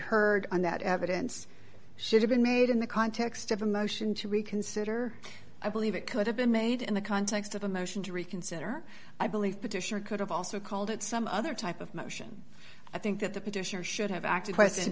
heard on that evidence should have been made in the context of a motion to reconsider i believe it could have been made in the context of a motion to reconsider i believe petitioner could have also called it some other type of motion i think that the petitioner should have acted